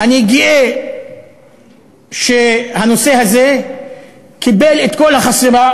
אני גאה שהנושא הזה קיבל את כל החשיפה